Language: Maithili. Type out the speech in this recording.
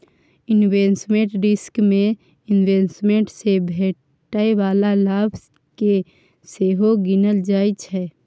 इन्वेस्टमेंट रिस्क मे इंवेस्टमेंट सँ भेटै बला लाभ केँ सेहो गिनल जाइ छै